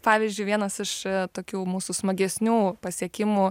pavyzdžiui vienas iš tokių mūsų smagesnių pasiekimų